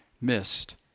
missed